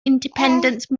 independence